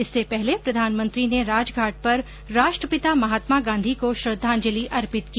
इससे पहले प्रधानमंत्री ने राजघाट पर राष्ट्रपिता महात्मा गांधी को श्रद्वांजलि अर्पित की